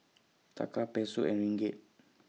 Taka Peso and Ringgit